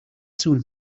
soon